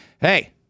Hey